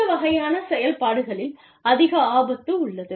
இந்த வகையான செயல்பாடுகளில் அதிக ஆபத்து உள்ளது